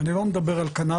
אני לא מדבר על קנאביס,